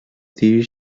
dis